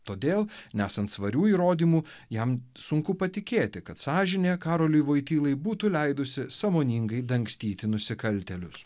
todėl nesant svarių įrodymų jam sunku patikėti kad sąžinė karoliui voitylai būtų leidusi sąmoningai dangstyti nusikaltėlius